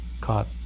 caught